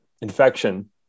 infection